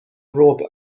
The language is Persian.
ربع